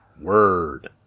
Word